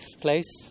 place